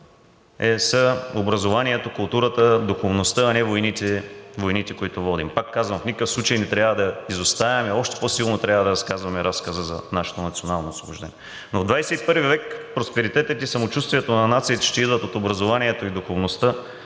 са образованието, културата, духовността, а не войните, които водим. Пак казвам: в никакъв случай не трябва да изоставяме, а още по-силно трябва да разказваме разказа за нашето национално освобождение. Но в XXI век просперитетът и самочувствието на нациите ще идват от образованието и духовността,